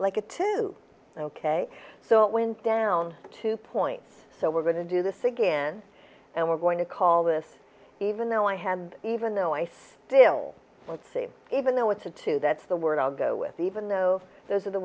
like a two ok so it went down two points so we're going to do this again and we're going to call this even though i have even though i still don't see even though it's a two that's the word i'll go with even though those are the